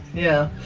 yeah.